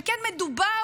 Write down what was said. שכן מדובר,